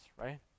right